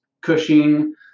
Cushing